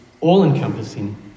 all-encompassing